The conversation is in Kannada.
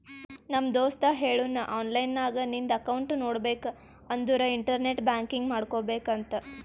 ನಮ್ ದೋಸ್ತ ಹೇಳುನ್ ಆನ್ಲೈನ್ ನಾಗ್ ನಿಂದ್ ಅಕೌಂಟ್ ನೋಡ್ಬೇಕ ಅಂದುರ್ ಇಂಟರ್ನೆಟ್ ಬ್ಯಾಂಕಿಂಗ್ ಮಾಡ್ಕೋಬೇಕ ಅಂತ್